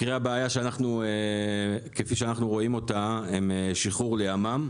עיקרי הבעיה כפי שאנחנו רואים אותה הם שחרור לימ"מ,